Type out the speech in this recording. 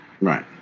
Right